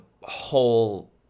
whole